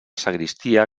sagristia